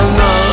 no